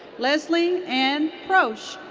leslie ann proch.